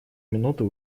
минуту